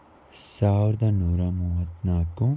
ಸಾವಿರದ ನೂರ ಮೂವತ್ತ್ನಾಲ್ಕು